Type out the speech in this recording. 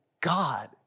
God